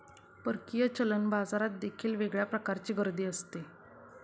परकीय चलन बाजारात देखील वेगळ्या प्रकारची गर्दी असते